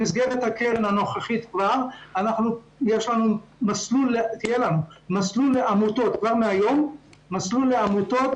במסגרת הקרן הנוכחית יש לנו כבר מהיום מסלול לעמותות,